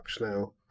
now